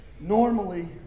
Normally